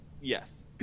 Yes